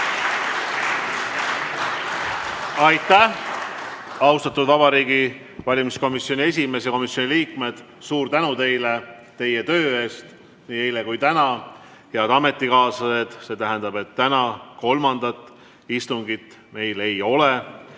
Aitäh! Austatud Vabariigi Valimiskomisjoni esimees ja komisjoni liikmed, suur tänu teile teie töö eest nii eile kui täna! Head ametikaaslased, see tähendab, et täna kolmandat istungit meil ei ole